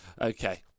Okay